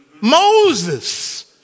Moses